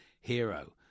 hero